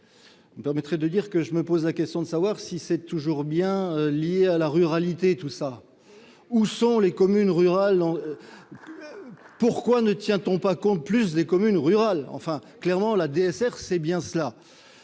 métropole permettrait de dire que je me pose la question de savoir si c'est toujours bien lié à la ruralité, tout ça, où sont les communes rurales, pourquoi ne tient-on pas compte plus des communes rurales enfin clairement la DSR, c'est bien cela,